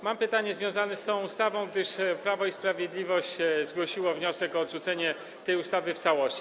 Mam pytanie związane z tą ustawą, gdyż Prawo i Sprawiedliwość zgłosiło wniosek o odrzucenie jej projektu w całości.